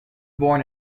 born